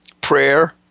prayer